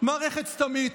מערכת סתמית,